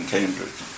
Cambridge